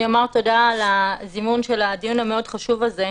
אני אומר תודה על הזימון של הדיון המאוד חשוב הזה.